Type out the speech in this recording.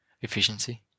efficiency